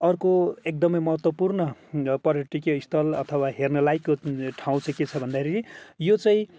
अर्को एकदमै महत्त्वपूर्ण र पर्यटकीय स्थल अथवा हेर्नलायकको ठाउँ चाहिँ के छ भन्दाखेरि यो चाहिँ